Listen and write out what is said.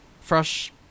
fresh